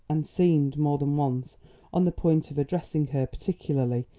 and seemed more than once on the point of addressing her particularly,